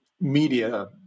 media